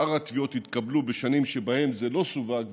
שאר התביעות התקבלו בשנים שבהן זה לא סווג,